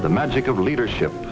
the magic of leadership